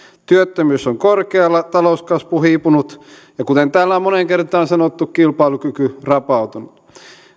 työttömyys on korkealla talouskasvu hiipunut ja kuten täällä on moneen kertaan sanottu kilpailukyky rapautunut